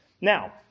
Now